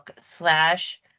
slash